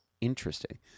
Interesting